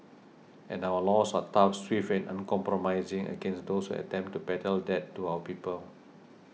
and our laws are tough swift and uncompromising against those who attempt to peddle death to our people